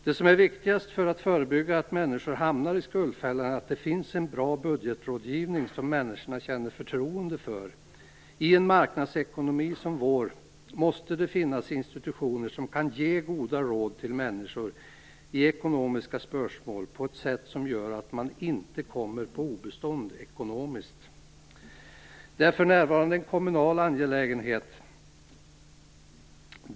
Det som är viktigast för att förebygga att människor hamnar i skuldfällan är att det finns en bra budgetrådgivning som människorna känner förtroende för. I en marknadsekonomi som vår måste det finnas institutioner som kan ge goda råd till människor i ekonomiska spörsmål på ett sätt som gör att de inte kommer på obestånd ekonomiskt. Det är för närvarande en kommunal angelägenhet.